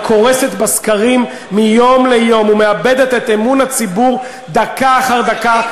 הקורסת בסקרים מיום ליום ומאבדת את אמון הציבור דקה אחר דקה,